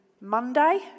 Monday